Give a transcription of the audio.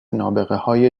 نابغههای